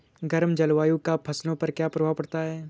गर्म जलवायु का फसलों पर क्या प्रभाव पड़ता है?